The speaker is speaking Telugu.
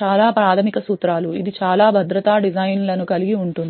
చాలా ప్రాథమిక సూత్రాలు ఇది చాలా భద్రతా డిజైన్ లను కలిగి ఉంటుంది